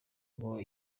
ngo